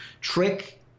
Trick